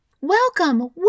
Welcome